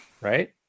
right